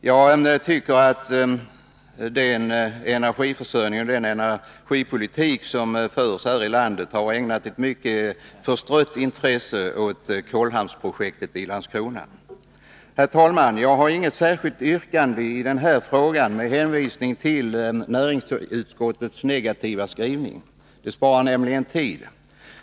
Jag tycker att det har ägnats ett mycket förstrött intresse åt kolhamnsprojektet i Landskrona genom den energipolitik som förs här i landet. Herr talman! Jag har inget särskilt yrkande i den här frågan med hänsyn till näringsutskottets negativa skrivning. Det spar nämligen tid.